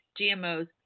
GMOs